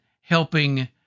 helping